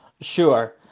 Sure